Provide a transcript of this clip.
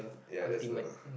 ya that's the